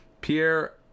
Pierre